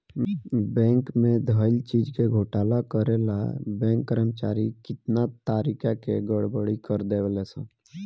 bank में धइल चीज के घोटाला करे ला बैंक कर्मचारी कितना तारिका के गड़बड़ी कर देवे ले सन